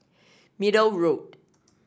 Middle Road